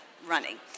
running